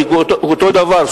כי אותו דבר,